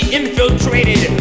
infiltrated